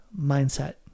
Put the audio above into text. mindset